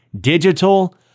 Digital